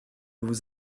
vous